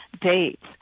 dates